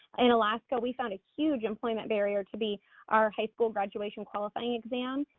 in alaska, we found a huge employment barrier to be our high school graduation qualifying exam.